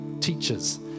teachers